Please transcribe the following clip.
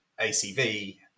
ACV